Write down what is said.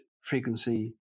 frequency